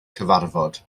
cyfarfod